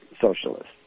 socialists